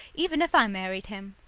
even if i married him,